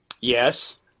Yes